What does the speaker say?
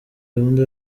gahunda